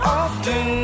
often